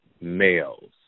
males